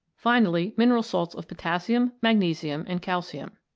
finally mineral salts of potassium, magnesium, and calcium.